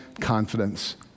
confidence